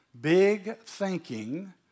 big-thinking